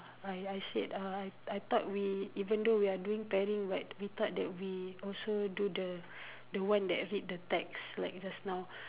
I I said uh I I thought we even though we are doing pairing but we thought that we also do the the one that read the text like just now